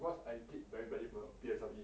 cause I did very badly for P_S_L_E